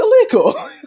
illegal